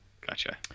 Gotcha